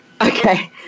Okay